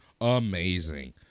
amazing